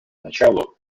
началу